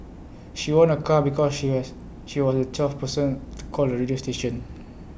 she won A car because she has she was the twelfth person to call the radio station